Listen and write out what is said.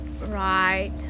right